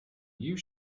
you